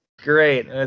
great